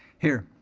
here.